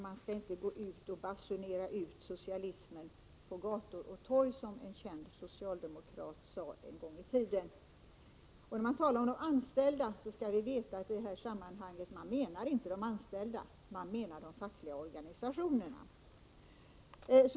Man skall inte basunera ut socialismen på gator och torg, som en känd socialdemokrat sade en gång i tiden. När man talar om de anställda, skall vi veta att man i det här sammanhanget inte menar de anställda. Man menar de fackliga organisationerna.